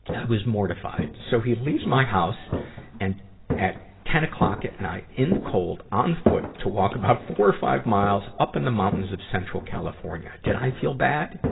i was mortified. so he leaves my house and at ten o'clock at night, in the cold, on foot, to walk about four or five miles up in the mountains of central california. did i feel bad?